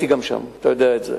אני גם הייתי שם, אתה יודע את זה.